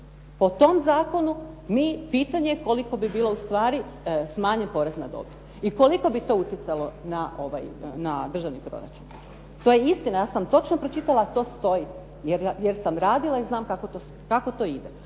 Po tom zakonu mi pitanje koliko bi bilo u stvari smanjen porez na dobit i koliko bi to utjecalo na državni proračun. To je istina. Ja sam točno pročitala. To stoji, jer sam radila i znam kako to ide.